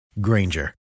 Granger